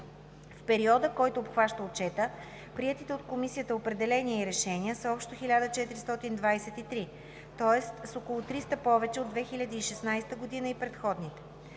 В периода, който обхваща отчетът, приетите от Комисията определения и решения са общо 1423, тоест с около 300 повече от 2016 г. и предходните.